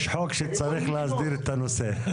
יש חוק שצריך להסדיר את הנושא.